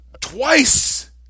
twice